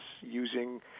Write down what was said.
using